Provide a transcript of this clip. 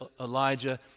Elijah